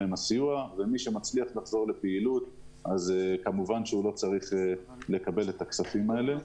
מי שמצליח לחזור לפעילות לא צריך לקבל את הכספים הללו.